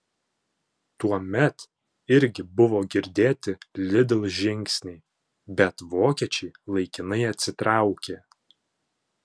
tuomet irgi buvo girdėti lidl žingsniai bet vokiečiai laikinai atsitraukė